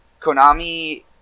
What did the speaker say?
Konami